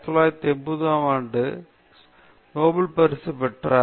பேராசிரியர் சுப்பிரமணியம் சந்திரசேகர் 1983 நோபல் பரிசு பெற்றவர்